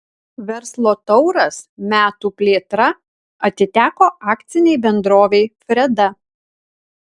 verslo tauras metų plėtra atiteko akcinei bendrovei freda